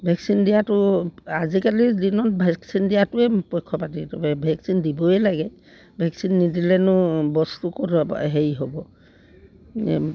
vaccine দিয়াটো আজিকালিৰ দিনত ভেকচিন দিয়টোৱে পক্ষপাতি ভেকচিন দিবই লাগে ভেকচিন নিদিলেনো বস্তু ক'ত হেৰি হ'ব